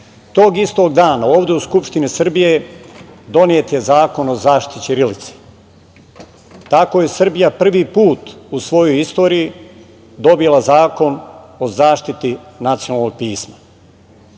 istog dana ovde u Skupštini Srbije donet je Zakon o zaštiti ćirilice. Tako je Srbija prvi put u svojoj istoriji dobila Zakon o zaštiti nacionalnog pisma.